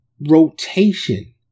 rotation